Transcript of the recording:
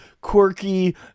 quirky